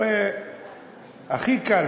הרי הכי קל,